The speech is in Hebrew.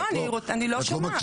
לא, אני לא שומעת.